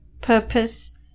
purpose